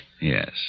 Yes